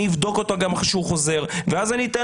אני אבדוק אותו גם כשהוא חוזר ואז אני אתן